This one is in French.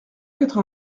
quatre